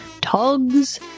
togs